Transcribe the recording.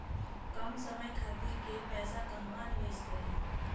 कम समय खातिर के पैसा कहवा निवेश करि?